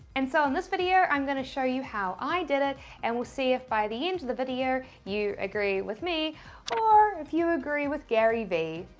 and so in this video i'm going to show you how i did it and we'll see if by the end of the video you agree with me or if you agree with gary v.